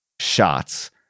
shots